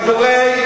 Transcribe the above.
היה דיון בשיניים.